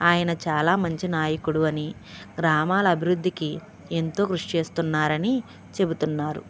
ఆయన చాలా మంచి నాయకుడు అని గ్రామాల అభివృద్ధికి ఎంతో కృషి చేస్తున్నారు అని చెబుతున్నారు